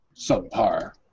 Subpar